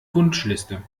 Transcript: wunschliste